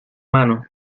mano